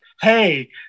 hey